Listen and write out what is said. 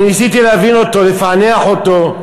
אני ניסיתי להבין אותו, לפענח אותו,